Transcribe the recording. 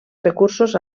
recursos